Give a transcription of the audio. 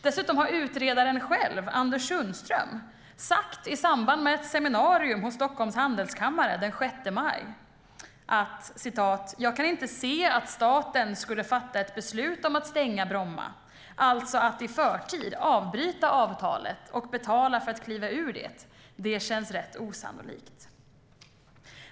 Dessutom har utredaren själv, Anders Sundström, i samband med ett seminarium hos Stockholms Handelskammare den 6 maj sagt: "Jag kan inte se att staten skulle fatta ett beslut om att stänga Bromma, alltså att i förtid avbryta avtalet och betala för att kliva ur det. Det känns rätt osannolikt."